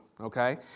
okay